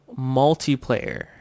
multiplayer